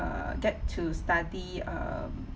get to study um